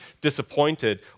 disappointed